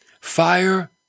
Fire